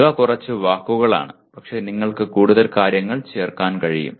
ഇവ കുറച്ച് വാക്കുകളാണ് പക്ഷേ നിങ്ങൾക്ക് കൂടുതൽ കാര്യങ്ങൾ ചേർക്കാൻ കഴിയും